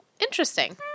Interesting